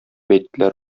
әйттеләр